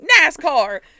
NASCAR